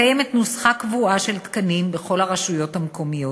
קיימת נוסחה קבועה של תקנים בכל הרשויות המקומיות.